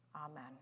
Amen